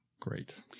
Great